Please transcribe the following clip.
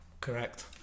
Correct